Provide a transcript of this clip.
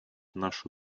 нашу